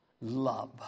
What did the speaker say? love